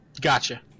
Gotcha